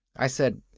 i said,